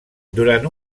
durant